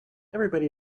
everybody